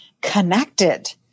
connected